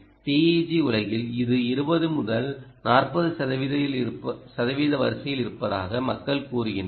TEG உலகில் இது 20 முதல் 40 சதவிகிதம் வரிசையில் இருப்பதாக மக்கள் கூறுகின்றனர்